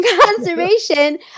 conservation